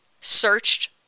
searched